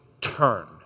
turn